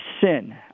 sin